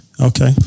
Okay